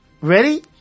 ready